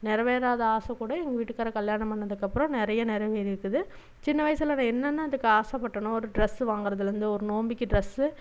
நெறைவேறாத ஆசை கூட எங்க வீட்டுக்காரரை கல்யாணம் பண்ணதுக்கப்புறம் நிறையா நெறைவேறியிருக்குது சின்ன வயசில் நான் என்னனதுக்கு ஆசை பட்டேனோ ஒரு டிரெஸ்ஸு வாங்குறதுலேருந்து ஒரு நோம்புக்கு டிரஸ்ஸு